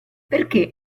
perché